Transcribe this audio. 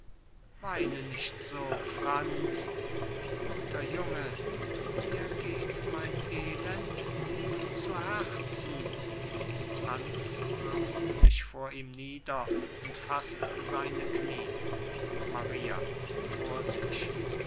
weine nicht so franz guter junge dir geht mein elend tief zu herzen franz wirft sich vor ihm nieder und faßt seine knie maria vor sich